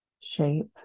shape